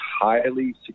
highly